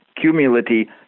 cumulatively